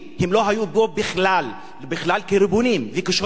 הם לא היו פה בכלל, בכלל כריבונים וכשולטים.